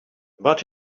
about